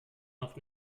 noch